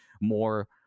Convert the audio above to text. more